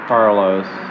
Carlos